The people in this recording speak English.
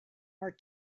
are